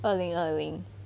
二零二零